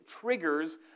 triggers